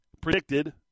predicted